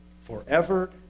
forever